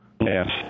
Yes